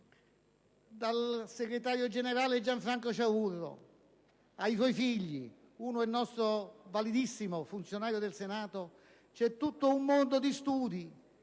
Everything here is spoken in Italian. Dal segretario generale Gianfranco Ciaurro ai suoi figli (di cui uno è un validissimo funzionario del Senato) c'è tutto un mondo di studi,